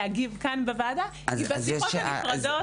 להגיב כאן בוועדה היא בשיחות הנפרדות.